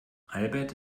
albert